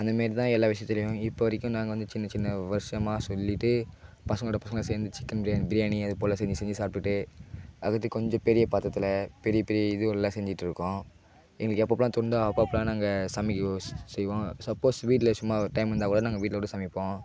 அந்தமாரிதான் எல்லா விஷயத்திலையும் இப்போ வரைக்கும் நாங்கள் வந்து சின்னச்சின்ன வருஷமா சொல்லிட்டு பசங்களோடய பசங்களாக சேர்ந்து சிக்கன் பிரியாணி பிரியாணி அதுப்போல் செஞ்சிச்செஞ்சு சாப்பிட்டுட்டு அதாட்டி கொஞ்சம் பெரிய பாத்திரத்தில் பெரிய பெரிய இதுவோல்ல செஞ்சிகிட்டுருக்கோம் எங்களுக்கு எப்பெப்பெல்லாம் தோணுதோ அப்பெப்பெல்லாம் நாங்கள் சமைக்கவோ செ செய்யுவோம் சப்போஸ் வீட்டில் சும்மா ஒரு டைம் இருந்தாக்கூட நாங்கள் வீட்டிலக்கூட சமைப்போம்